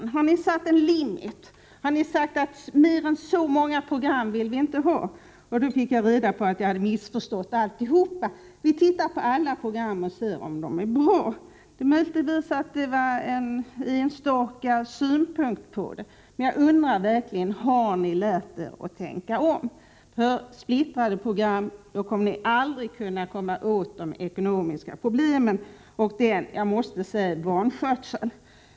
Jag frågade: ”Har ni satt en limit, har ni sagt att mer än så och så många program vill vi inte ha?” Jag fick då veta att jag missförstått alltihop. Svaret blev: ”Vi tittar på alla program och ser om de är bra.” Det är möjligt 41 att det var en enstaka synpunkt på verksamheten, men jag undrar verkligen om ni lärt er att tänka om. Med splittrade program kommer ni aldrig åt de ekonomiska problemen, och jag måste säga att det innebär vanskötsel.